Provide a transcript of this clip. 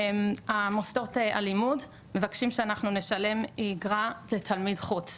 מוסדות הלימוד מבקשים שנשלם אגרה שלתלמיד חוץ,